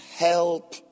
Help